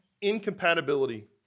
incompatibility